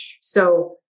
So-